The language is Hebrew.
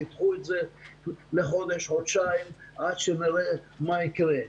תידחו את זה לחודש-חודשיים עד שנראה מה יקרה.